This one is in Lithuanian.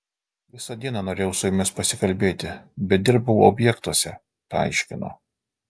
visą dieną norėjau su jumis pasikalbėti bet dirbau objektuose paaiškino